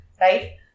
Right